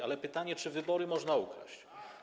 Ale pytanie, czy wybory można ukraść.